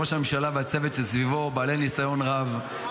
ראש הממשלה והצוות שסביבו בעלי ניסיון רב -- מה-זה.